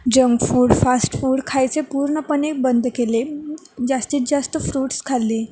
junk food fast food खायचे पूर्णपणे बंद केले जास्तीत जास्त फ्रूट्स खाल्ली